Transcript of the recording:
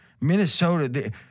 Minnesota –